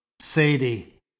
Sadie